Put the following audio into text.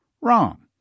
Wrong